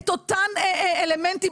את אותם אלמנטים,